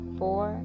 four